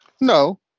No